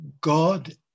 God